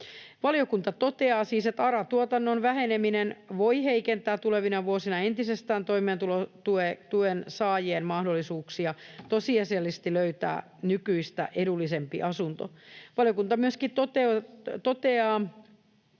Valiokunta toteaa siis, että ”ARA-tuotannon väheneminen voi heikentää tulevina vuosina entisestään toimeentulotuensaajien mahdollisuuksia tosiasiallisesti löytää nykyistä edullisempi asunto”. Valiokunta myöskin toteaa,